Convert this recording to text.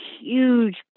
huge